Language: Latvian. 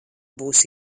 būs